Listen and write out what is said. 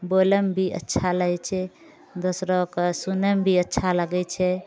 बोलैमे भी अच्छा लगै छै दोसरोके सुनैमे भी अच्छा लगै छै